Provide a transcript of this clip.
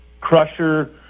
crusher